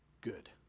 good